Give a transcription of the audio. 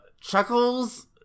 Chuckles